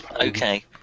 Okay